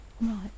Right